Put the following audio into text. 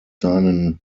seinen